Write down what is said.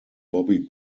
bobby